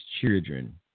children